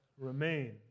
remain